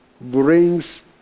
brings